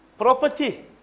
Property